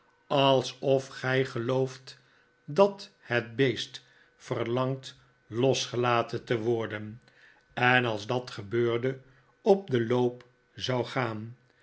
alsof gij gelooft dat het beest verlangt losgelaten te worden en als dat gebeurde op den loop zou gaan